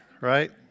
right